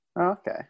Okay